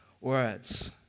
words